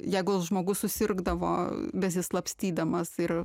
jeigu žmogus susirgdavo besislapstydamas ir